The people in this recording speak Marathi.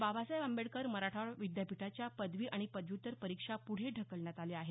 बाबासाहेब आंबेडकर मराठवाडा विद्यापीठाच्या पदवी आणि पदव्यूतर परीक्षा पुढे ढकलण्यात आल्या आहेत